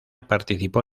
participó